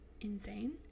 insane